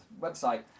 website